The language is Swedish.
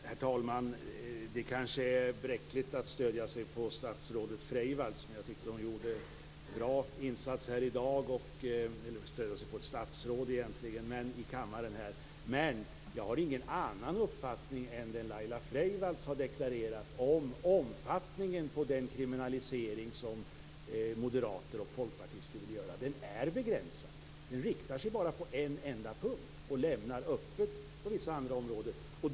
Herr talman! Det är kanske bräckligt att stödja sig på ett statsråd, men jag tycker att Laila Freivalds gjorde en bra insats här i dag. Jag har ingen annan uppfattning än den som Laila Freivalds deklarerade om omfattningen av den kriminalisering som moderater och folkpartister vill göra. Den är begränsad. Den inriktar sig bara på en enda punkt och lämnar öppet på vissa områden.